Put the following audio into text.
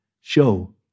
show